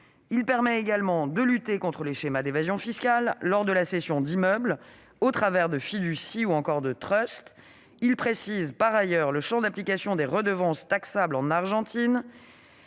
permet également de lutter contre les schémas d'évasion fiscale lors de la cession d'immeubles au travers de fiducies ou de trusts. Il précise, en outre, le champ d'application des redevances taxables en Argentine,